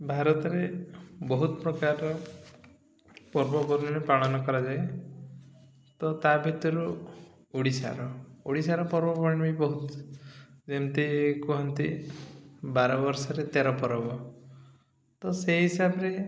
ଭାରତରେ ବହୁତ ପ୍ରକାରର ପର୍ବପର୍ବାଣି ପାଳନ କରାଯାଏ ତ ତା ଭିତରୁ ଓଡ଼ିଶାର ଓଡ଼ିଶାର ପର୍ବପର୍ବାଣି ବି ବହୁତ ଯେମିତି କୁହନ୍ତି ବାର ବର୍ଷରେ ତେର ପର୍ବ ତ ସେଇ ହିସାବରେ